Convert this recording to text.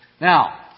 Now